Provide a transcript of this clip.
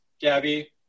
Gabby